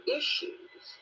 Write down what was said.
issues